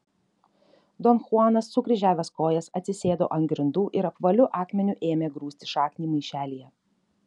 don chuanas sukryžiavęs kojas atsisėdo ant grindų ir apvaliu akmeniu ėmė grūsti šaknį maišelyje